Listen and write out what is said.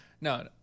no